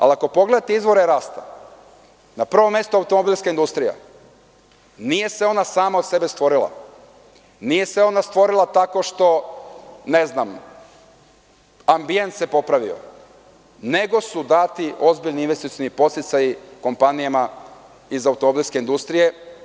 Ako pogledate izvore rasta, na prvom mestu automobilska industrija, nije se ona sama od sebe stvorila, nije se ona stvorila tako što se ambijent popravio, nego su dati ozbiljni investicioni podsticaji kompanijama iz automobilske industrije.